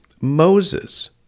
Moses